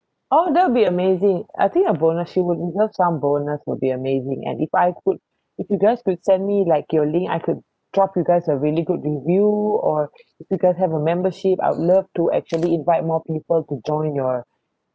oh that will be amazing I think a bonus she would love some bonus will be amazing and if I could if you guys could send me like your link I could drop you guys a really good review or if you guys have a membership I'd love to actually invite more people to join your